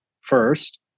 first